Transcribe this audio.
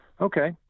Okay